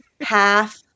half